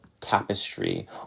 tapestry